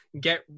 get